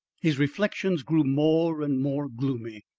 his reflections grew more and more gloomy,